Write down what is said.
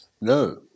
No